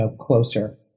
closer